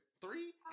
three